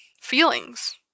feelings